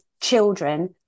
children